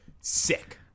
sick